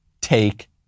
take